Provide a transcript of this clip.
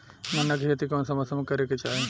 गन्ना के खेती कौना मौसम में करेके चाही?